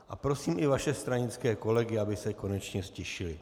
A prosím i vaše stranické kolegy, aby se konečně ztišili.